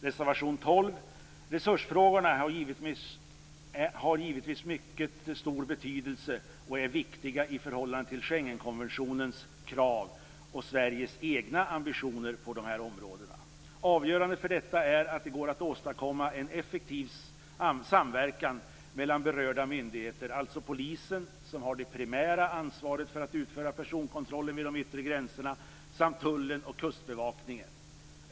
Reservation 12: Resursfrågorna har givetvis mycket stor betydelse och är viktiga i förhållande till Schengenkonventionens krav och Sveriges egna ambitioner på dessa områden. Avgörande för detta är att det går att åstadkomma en effektiv samverkan mellan berörda myndigheter, alltså polisen, som har det primära ansvaret för att utföra personkontrollen vid de yttre gränserna, tullen och kustbevakningen.